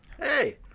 Hey